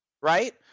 right